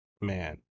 man